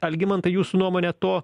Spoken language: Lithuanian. algimantai jūsų nuomone to